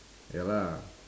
ya lah